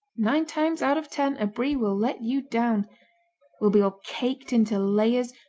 nine times out of ten a brie will let you down will be all caked into layers,